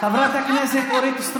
תתנהג כמו יושב-ראש.